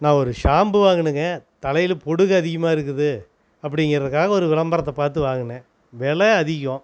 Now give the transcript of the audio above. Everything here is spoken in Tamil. நான் ஒரு ஷாம்பு வாங்கினங்க தலையில் பொடுகு அதிகமாக இருக்குது அப்படிங்குறதுக்காக ஒரு விளம்பரத்தை பார்த்து வாங்கினேன் வெலை அதிகம்